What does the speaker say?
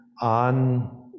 on